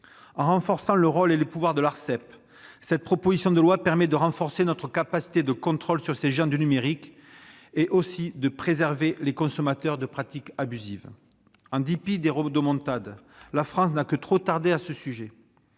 En renforçant le rôle et les pouvoirs de l'Arcep, cette proposition de loi permet de renforcer notre capacité de contrôle sur ces géants du numérique, et ainsi de préserver les consommateurs de pratiques abusives. En dépit des rodomontades, la France n'a que trop tardé sur ce sujet.